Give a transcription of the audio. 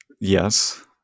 Yes